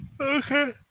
Okay